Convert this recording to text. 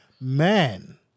man